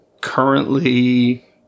currently